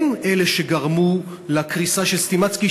הם אלה שגרמו לקריסה של "סטימצקי",